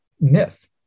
myth